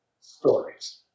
stories